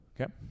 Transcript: Okay